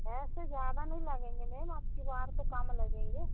पैसे ज्यादा नई लगेंगे मेम अबकी बार तो कम लगेंगे